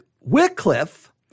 Wycliffe